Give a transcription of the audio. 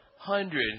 hundred